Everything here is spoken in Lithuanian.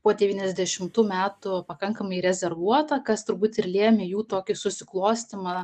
po devyniasdešimtų metų pakankamai rezervuota kas turbūt ir lėmė jų tokį susiklostymą